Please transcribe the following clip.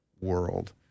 world